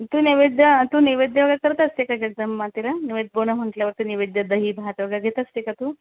तू नैवेद्य तू नैवेद्य वगैरे करत असते का जगदंबमातेला नैवेद्य बोला म्हटल्यावरती नैवेद्य दहीभात वगैरे देत असते का तू